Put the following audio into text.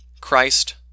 Christ